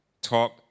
talk